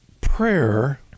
prayer